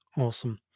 awesome